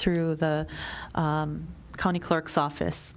through the county clerk's office